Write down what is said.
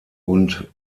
und